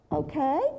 Okay